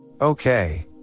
okay